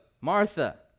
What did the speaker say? Martha